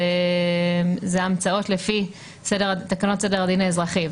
אלה המצאות לפי תקנות סדר הדין האזרחי.